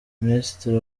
minisitiri